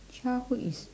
childhood is